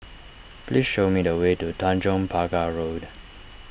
please show me the way to Tanjong Pagar Road